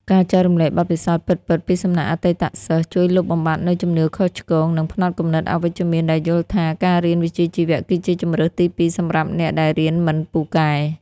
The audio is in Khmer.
ការចែករំលែកបទពិសោធន៍ពិតៗពីសំណាក់អតីតសិស្ស ជួយលុបបំបាត់នូវជំនឿខុសឆ្គង និងផ្នត់គំនិតអវិជ្ជមានដែលយល់ថា ការរៀនវិជ្ជាជីវៈគឺជាជម្រើសទីពីរសម្រាប់អ្នកដែលរៀនមិនពូកែ។